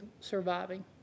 surviving